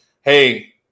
hey